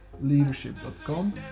leadership.com